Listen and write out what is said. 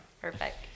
perfect